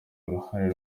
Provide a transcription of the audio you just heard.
uruhare